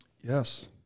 Yes